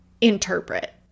interpret